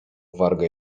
wargę